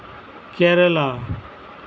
Kerala